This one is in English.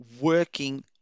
working